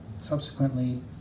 subsequently